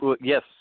Yes